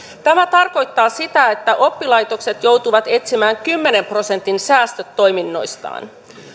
tämä tarkoittaa sitä että oppilaitokset joutuvat etsimään kymmenen prosentin säästöt toiminnoistaan